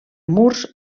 murs